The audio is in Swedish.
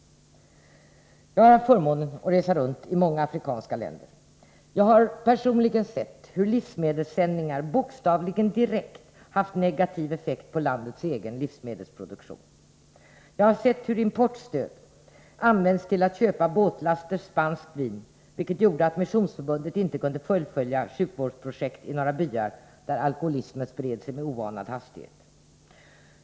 Jag har haft förmånen att resa runt i många afrikanska länder. Jag har personligen sett hur livsmedelssändningar bokstavligen direkt haft negativ effekt på landets egen livsmedelsproduktion. Jag har sett hur importstöd använts till att köpa båtlaster spanskt vin, vilket gjorde att Missionsförbundet inte kunde fullfölja ett sjukvårdsprojekt i några byar, där alkoholismen spred sig med oanad hastighet.